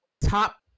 top